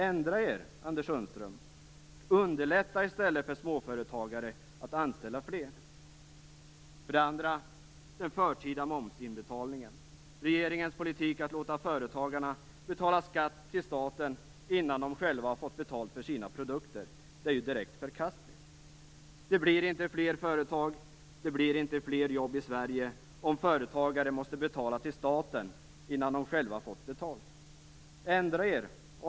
Ändra er, Anders Sundström! Underlätta i stället för småföretagare att anställa fler! För det andra: den förtida momsinbetalningen. Regeringens politik att låta företagarna betala skatt till staten innan de själva har fått betalt för sina produkter är direkt förkastlig. Det blir inte fler företag eller fler jobb i Sverige om företagare måste betala till staten innan de själva har fått betalt. Ändra er!